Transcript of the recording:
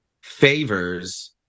favors